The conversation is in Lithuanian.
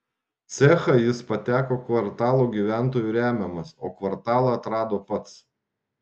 cechą jis pateko kvartalo gyventojų remiamas o kvartalą atrado pats